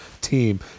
team